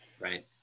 Right